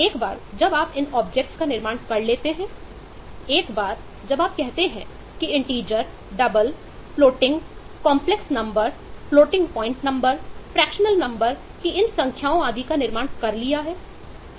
एक बार जब आप कहते हैं कि इनटीजर की इन संख्याओं आदि का निर्माण कर लिया है